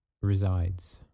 resides